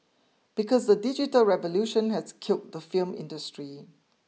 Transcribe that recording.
because the digital revolution has killed the film industry